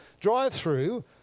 drive-through